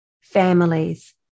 families